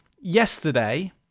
Yesterday